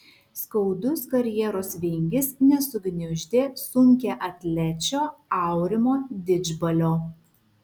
skaudus karjeros vingis nesugniuždė sunkiaatlečio aurimo didžbalio